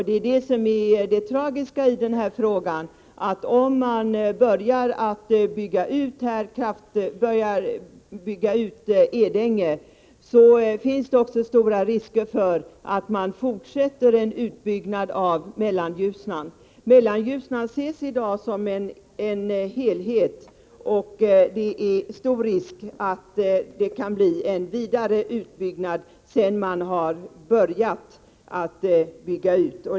Det som är det tragiska i den här frågan är att om man börjar att bygga ut Edänge, finns det stor risk för att man fortsätter en utbyggnad av Mellanljusnan. Mellanljusnan ses i dag som en helhet. Det är stor risk för att det blir en vidare utbyggnad sedan man börjat att bygga ut.